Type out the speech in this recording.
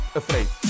afraid